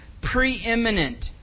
preeminent